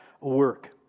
work